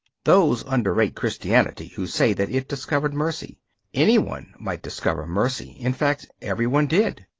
those underrate christianity who say that it discovered mercy any one might discover mercy. in fact every one did.